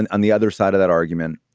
and on the other side of that argument,